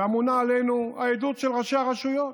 ואמונה עלינו העדות של ראשי הרשויות.